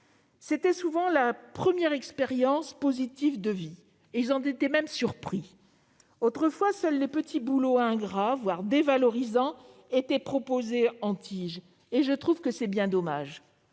C'était souvent leur première expérience positive de vie, ils en étaient même surpris. Autrefois, seuls les petits boulots ingrats, voire dévalorisants, étaient proposés- c'était bien dommage.